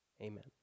Amen